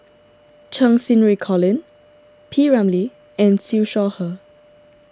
Cheng Xinru Colin P Ramlee and Siew Shaw Her